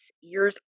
years